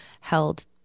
held